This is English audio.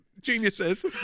geniuses